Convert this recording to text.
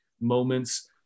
moments